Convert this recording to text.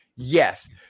Yes